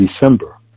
December